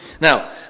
Now